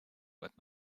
but